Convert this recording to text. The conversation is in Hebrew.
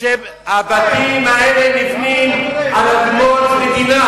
הבתים האלה נבנים על אדמות מדינה.